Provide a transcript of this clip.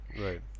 right